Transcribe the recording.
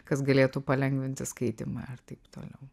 kas galėtų palengvinti skaitymą ir taip toliau